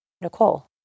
Nicole